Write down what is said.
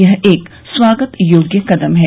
यह एक स्वागत योग्य कदम है